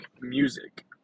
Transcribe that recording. music